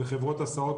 וחברות הסעות